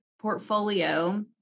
portfolio